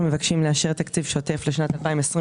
אנחנו מבקשים לאשר תקציב שוטף לשנת 2022